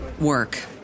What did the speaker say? work